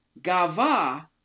Gava